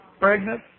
pregnant